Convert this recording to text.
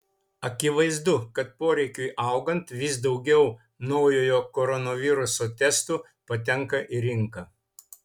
akivaizdu kad poreikiui augant vis daugiau naujojo koronaviruso testų patenka į rinką